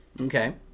Okay